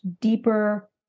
deeper